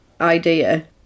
idea